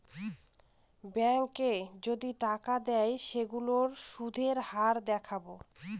ব্যাঙ্কে যদি টাকা দেয় সেইগুলোর সুধের হার দেখাবো